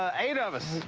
ah eight of us.